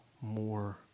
more